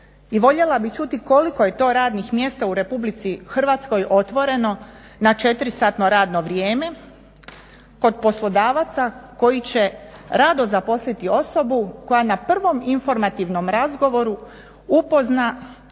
i voljela bih čuti koliko je to radnih mjesta u Republici Hrvatskoj otvoreno na 4 satno radno vrijeme kod poslodavaca koji će rado zaposliti osobu koja na prvo informativnom razgovoru upozna